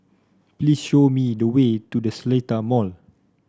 please show me the way to The Seletar Mall